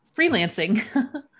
freelancing